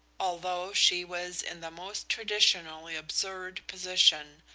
although she was in the most traditionally absurd position,